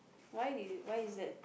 why did you why is that